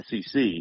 SEC